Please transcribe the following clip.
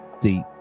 deep